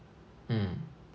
mm